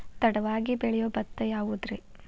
ತಡವಾಗಿ ಬೆಳಿಯೊ ಭತ್ತ ಯಾವುದ್ರೇ?